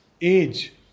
age